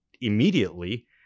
immediately